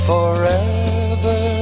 Forever